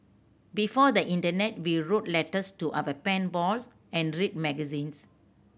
before the internet we wrote letters to our pen balls and read magazines